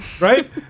Right